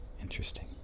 interesting